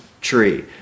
tree